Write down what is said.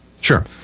Sure